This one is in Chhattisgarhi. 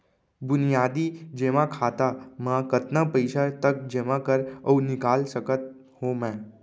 बुनियादी जेमा खाता म कतना पइसा तक जेमा कर अऊ निकाल सकत हो मैं?